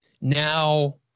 now